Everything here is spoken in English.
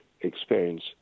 experience